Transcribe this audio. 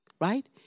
Right